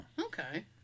Okay